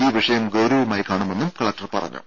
ഈ വിഷയം ഗൌരവമായി കാണുമെന്നും കലക്ടർ പറഞ്ഞു